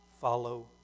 Follow